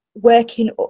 working